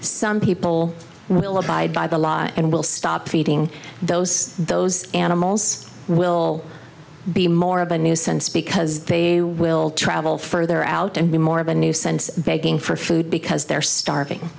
some people will abide by the law and will stop feeding those those animals will be more of a nuisance because they will travel further out and be more of a nuisance begging for food because they're starving